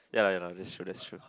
ya lah ya lah that's true that's true